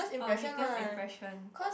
uh biggest impression